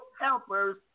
helpers